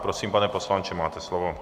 Prosím, pane poslanče, máte slovo.